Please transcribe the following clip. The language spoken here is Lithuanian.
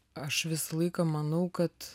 aš visą laiką manau kad